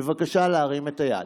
בבקשה להרים את היד.